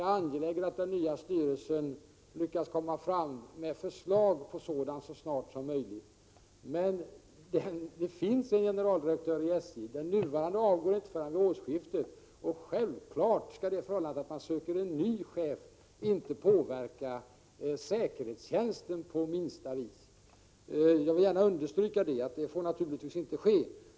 är angelägen att den nya styrelsen skall lyckas komma fram med förslag om en sådan så snart som möjligt, men det finns en generaldirektör vid SJ. Den nuvarande avgår inte förrän vid årsskiftet. Självfallet skall det förhållandet att man söker en ny chef för SJ inte påverka säkerhetstjänsten på minsta vis. Jag vill gärna understryka att det inte får ske.